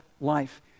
life